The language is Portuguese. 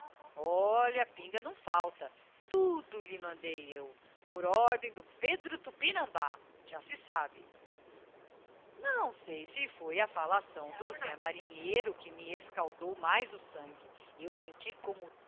olha pinga não falta tudo lhe mandei eu por ordem do pedro tupinambá já se sabe a não sei si foi a falação do zé marinheiro que me escaldou mais o sangue eu senti como